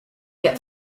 get